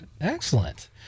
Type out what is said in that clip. Excellent